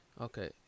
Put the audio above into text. Okay